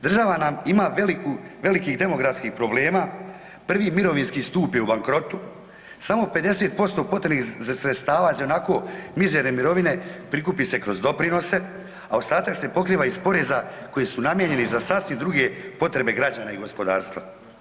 Država nam ima veliku, velikih demografskih problema, prvi mirovinski stup je u bankrotu, samo 50% potrebnih sredstava za ionako mizerne mirovine prikupi se kroz doprinose, a ostatak se pokriva iz poreza koji su namijenjeni za sasvim druge potrebe građana i gospodarstva.